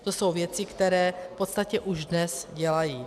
To jsou věci, které v podstatě už dnes dělají.